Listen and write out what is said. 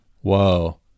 whoa